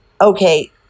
Okay